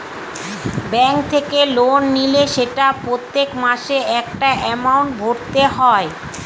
bank থেকে loan নিলে সেটা প্রত্যেক মাসে একটা এমাউন্ট ভরতে হয়